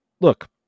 look